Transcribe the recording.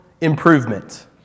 improvement